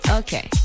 okay